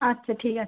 আচ্ছা ঠিক আছে